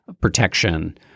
protection